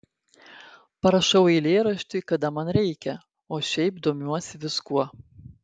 parašau eilėraštį kada man reikia o šiaip domiuosi viskuo